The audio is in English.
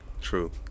True